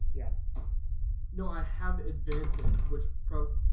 yeah no, i have advantage which pro